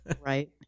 Right